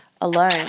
alone